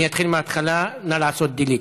אני אתחיל מהתחלה, נא לעשות delete.